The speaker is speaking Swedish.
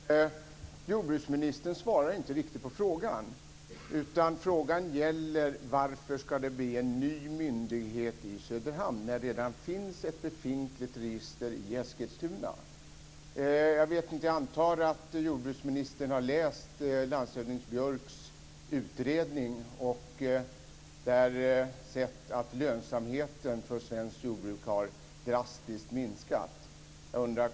Herr talman! Jordbruksministern svarade inte riktigt på frågan. Frågan gäller varför det skall bli en ny myndighet i Söderhamn när det redan finns ett register i Eskilstuna. Jag antar att jordbruksministern har läst landshövding Björks utredning och där sett att lönsamheten för svenskt jordbruk har minskat drastiskt.